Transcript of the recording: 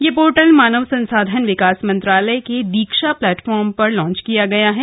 यह पोर्टल मानव संसाधन विकास मंत्रालय के दीक्षा प्लेटफॉर्म पर लॉन्च किया गया है